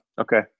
Okay